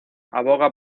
aboga